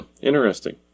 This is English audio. Interesting